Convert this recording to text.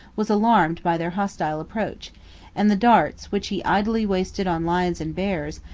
was alarmed by their hostile approach and the darts which he idly wasted on lions and bears,